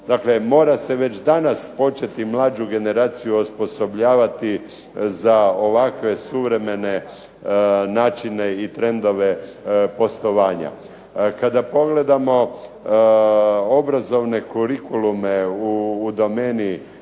dakle mora se već danas početi mlađu generaciju osposobljavati za ovakve suvremene načine i trendove poslovanja. Kad pogledamo obrazovne kurikulume u domeni